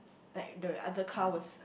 like the other car was